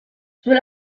suele